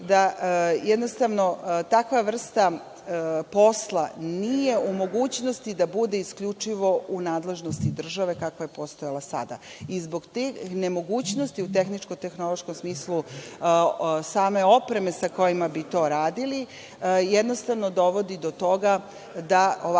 da jednostavno takva vrsta posla nije u mogućnosti da bude isključivo u nadležnosti države kakva je postojala sada. Zbog tih nemogućnosti u tehničko-tehnološkom smislu same opreme sa kojima bi to radili, jednostavno dovodi do toga da ovakav